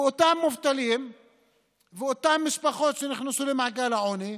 ואותם מובטלים ואותן משפחות שנכנסו למעגל העוני,